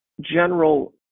General